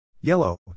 Yellow